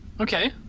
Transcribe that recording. Okay